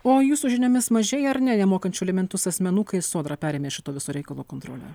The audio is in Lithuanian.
o jūsų žiniomis mažėja ar ne nemokančių alimentus asmenų kai sodra perėmė šito viso reikalo kontrolę